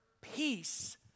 peace